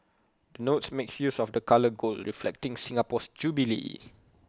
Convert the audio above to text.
the notes makes use of the colour gold reflecting Singapore's jubilee